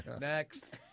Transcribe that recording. Next